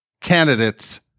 candidates